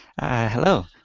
Hello